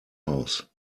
house